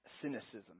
cynicism